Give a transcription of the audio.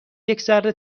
یکذره